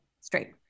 straight